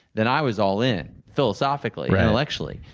then i was all in, philosophically, intellectually,